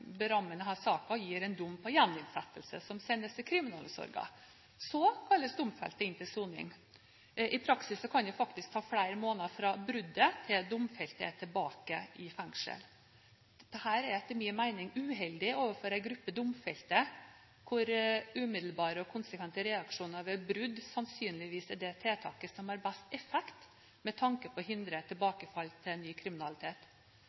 sendes til kriminalomsorgen. Så kalles domfelte inn til soning. I praksis kan det faktisk ta flere måneder fra bruddet til domfelte er tilbake i fengselet. Dette er etter min mening uheldig overfor en gruppe domfelte, siden umiddelbare og konsekvente reaksjoner ved brudd sannsynligvis er det tiltaket som har best effekt med tanke på å hindre tilbakefall til ny kriminalitet.